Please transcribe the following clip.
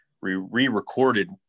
re-recorded